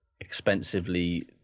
expensively